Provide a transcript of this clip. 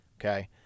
okay